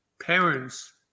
parents